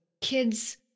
kids